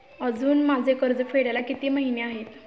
अजुन माझे कर्ज फेडायला किती महिने आहेत?